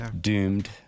Doomed